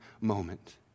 moment